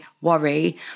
worry